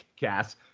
gas